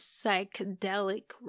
Psychedelic